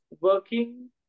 working